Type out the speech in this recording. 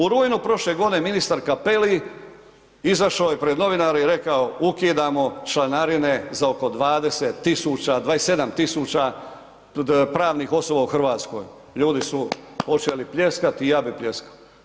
U rujnu prošle godine ministar Cappelli izašao je pred novinare i rekao ukidamo članarine za oko 20 000, 27 000 pravnih osoba u RH, ljudi su počeli pljeskati i ja bi pljeskao.